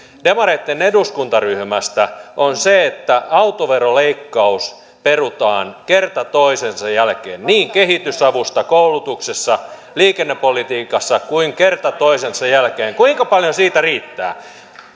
demareitten eduskuntaryhmästä on se että autoveroleikkaus perutaan kerta toisensa jälkeen niin kehitysavussa koulutuksessa liikennepolitiikassa kuin kerta toisensa jälkeen kuinka paljon siitä riittää